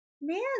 man